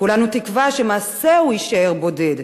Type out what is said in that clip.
כולנו תקווה שמעשהו יישאר בודד,